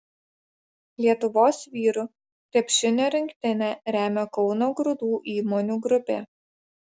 lietuvos vyrų krepšinio rinktinę remia kauno grūdų įmonių grupė